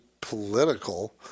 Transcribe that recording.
political